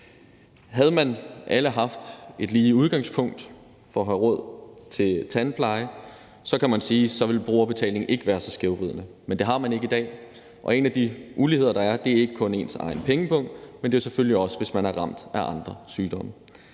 Havde alle haft et lige udgangspunkt for at have råd til tandpleje, ville brugerbetaling ikke være så skævvridende, men det har alle ikke i dag, og en af de uligheder, der er, handler ikke kun om ens egen pengepung, men det gælder selvfølgelig også, hvis man er ramt af andre sygdomme.